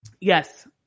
Yes